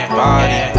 body